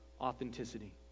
authenticity